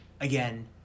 again